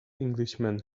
englishman